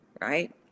right